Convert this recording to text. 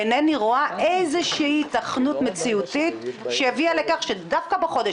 אינני רואה איזו שהיא התכנות מציאותית שהביאה לכך שדווקא בחודש,